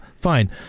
fine